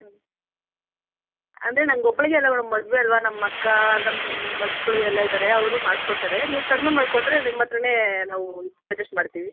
ಹ್ಞೂ ಅಂದರೆ ನಂಗೆ ಒಬ್ಬಳಿಗೆ ಅಲ್ಲ ಮೇಡಮ್ ಮದುವೆ ಅಲ್ಲವಾ ನಮ್ಮ ಅಕ್ಕ ನಮ್ಮ ಮಕ್ಕಳು ಎಲ್ಲ ಇದ್ದಾರೆ ಅವರೂ ಮಾಡ್ಸ್ಕೊತಾರೆ ನೀವು ಕಡಿಮೆ ಮಾಡಿಕೊಂಡ್ರೆ ನಿಮ್ಮ ಹತ್ರಾನೇ ನಾವು ಸಜೆಷ್ಟ್ ಮಾಡ್ತೀವಿ